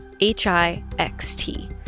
H-I-X-T